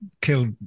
killed